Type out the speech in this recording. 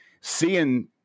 seeing